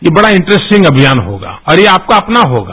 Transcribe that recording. ये बड़ा इंटरेस्टिंग अभियान होगा और ये आपका अपना होगा